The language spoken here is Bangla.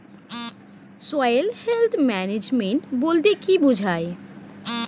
সয়েল হেলথ ম্যানেজমেন্ট বলতে কি বুঝায়?